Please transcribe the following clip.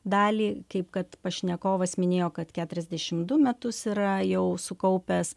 dalį kaip kad pašnekovas minėjo kad keturiasdešim du metus yra jau sukaupęs